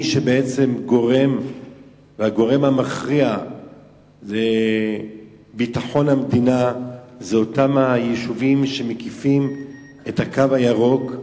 הגורם המכריע בביטחון המדינה הוא אותם יישובים שמקיפים את "הקו הירוק".